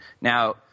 Now